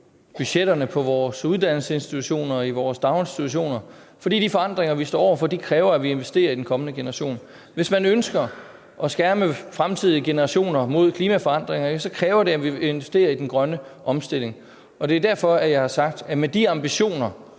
budgetterne på vores uddannelsesinstitutioner og i vores daginstitutioner, for de forandringer, vi står over for, kræver, at vi investerer i den kommende generation. Hvis man ønsker at skærme fremtidige generationer mod klimaforandringer, kræver det, at vi investerer i den grønne omstilling. Og det er derfor, at jeg har sagt, at med de ambitioner,